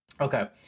Okay